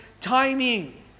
timing